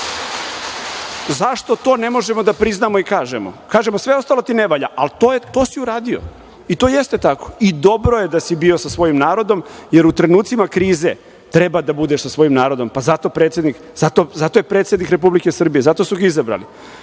Zašto to ne možemo da priznamo i kažemo? Kažemo - sve ostalo ti ne valja, ali to si uradio, i to jeste tako. I dobro je da si bio sa svojim narodom, jer u trenucima krize treba da budeš sa svojim narodom. Zato je predsednik Srbije, zato su ga izabrali. Da